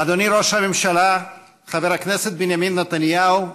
אדוני ראש הממשלה חבר הכנסת בנימין נתניהו והגב'